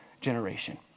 generation